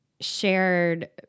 shared